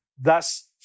Thus